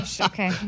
Okay